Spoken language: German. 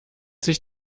sich